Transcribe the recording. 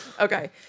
Okay